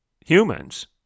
humans